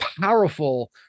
powerful